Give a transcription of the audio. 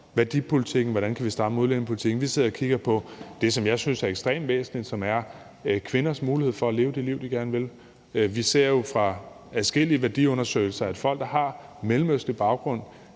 værdipolitikken, og hvordan vi kan stramme udlændingepolitikken. Vi sidder og kigger på noget, som jeg synes er ekstremt væsentligt, nemlig kvinders mulighed for at leve det liv, de gerne vil. Vi ser jo i adskillige værdiundersøgelser, at der blandt folk, der har mellemøstlig baggrund,